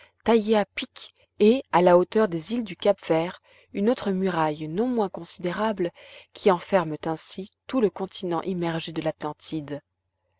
taillée à pic et à la hauteur des îles du cap vert une autre muraille non moins considérable qui enferment ainsi tout le continent immergé de l'atlantide